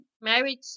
marriage